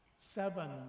seven